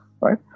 right